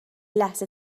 لحظه